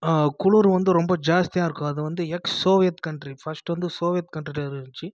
குளிர் வந்து ரொம்ப ஜாஸ்த்தியாயிருக்கும் அதுவந்து எக்ஸ் சோவியத் கண்ட்ரி ஃபஸ்ட்டு வந்து சோவித் கண்ட்ரிலருந்துச்சு